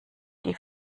die